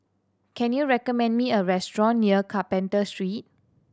can you recommend me a restaurant near Carpenter Street